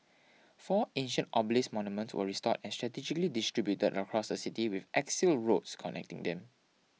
four ancient obelisk monument were restored and strategically distributed across the city with axial roads connecting them